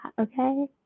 Okay